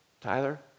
Tyler